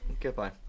Goodbye